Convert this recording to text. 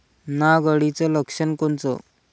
नाग अळीचं लक्षण कोनचं?